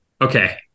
Okay